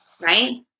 Right